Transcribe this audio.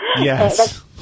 Yes